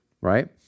right